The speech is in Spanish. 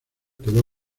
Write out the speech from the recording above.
quedó